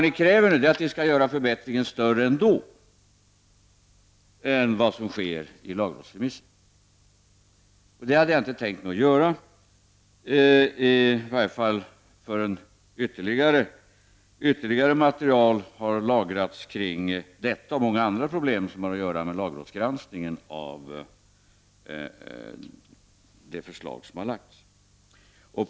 Ni kräver att vi skall göra förbättringarna större än vad som sker i lagrådsremissen. Det hade jag inte tänkt mig att göra, i varje fall inte förrän ytterligare material har lagrats kring detta och många andra problem som har att göra med lagrådsgranskningen av det förslag som har lagts fram.